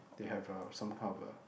they have a some kind of a